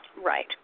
Right